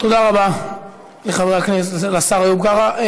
תודה רבה לשר איוב קרא.